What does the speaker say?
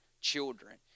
children